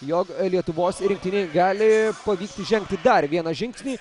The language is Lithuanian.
jog lietuvos rinktinei gali pavykti žengti dar vieną žingsnį